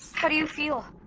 how do you feel?